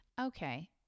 Okay